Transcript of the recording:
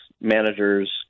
managers